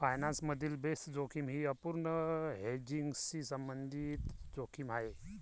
finance मधील base जोखीम ही अपूर्ण हेजिंगशी संबंधित जोखीम आहे